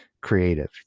creative